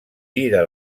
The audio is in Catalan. gira